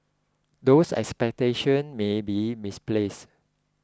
those expectations may be misplaced